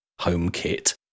HomeKit